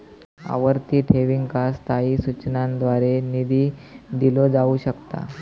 आवर्ती ठेवींका स्थायी सूचनांद्वारे निधी दिलो जाऊ शकता